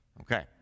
Okay